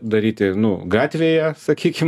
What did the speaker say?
daryti nu gatvėje sakykim